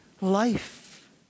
life